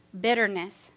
bitterness